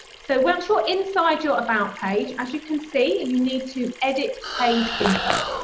so once your inside your about page, as you can see you need to edit page info.